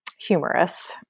humorous